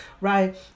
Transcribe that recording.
Right